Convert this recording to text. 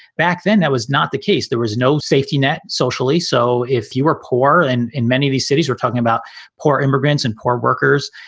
back then, that was not the case. there was no safety net socially. so if you were poor and many of these cities were talking about poor immigrants and poor workers,